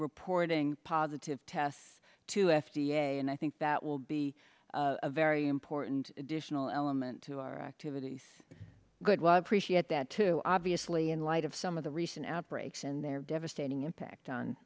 reporting positive tests to f d a and i think that will be a very important additional element to our activities good was appreciated that too obviously in light of some of the recent outbreaks and their devastating impact